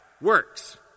works